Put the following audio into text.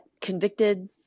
convicted